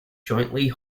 jointly